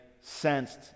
sensed